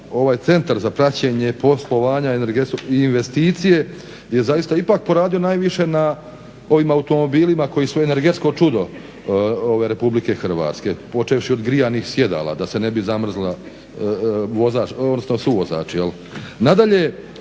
ovaj Centar za praćenje poslovanja i investicije je zaista ipak poradio najviše na ovim automobilima koji su energetsko čudo RH počevši od grijanih sjedala da se ne bi zamrzla vozač